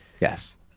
Yes